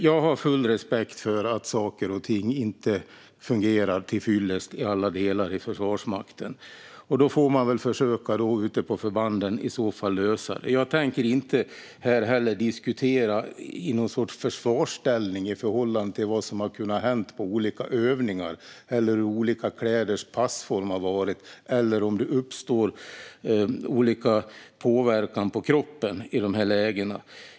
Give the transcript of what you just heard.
Jag har full respekt för att saker och ting inte fungerar till fyllest i alla delar i Försvarsmakten. Då får man väl i så fall försöka att lösa det ute på förbanden. Jag tänker inte heller diskutera i någon sorts försvarsställning i förhållande till vad som kan ha hänt på olika övningar, hur olika kläders passform har varit eller om det uppstår olika påverkan på kroppen i de här lägena.